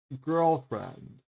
girlfriend